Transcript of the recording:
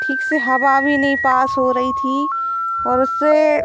ठीक से हवा भी नहीं पास हो रही थी और उससे